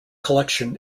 collection